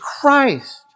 Christ